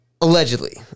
allegedly